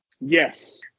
yes